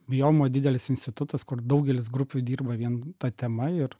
biomo didelis institutas kur daugelis grupių dirba vien ta tema ir